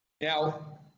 Now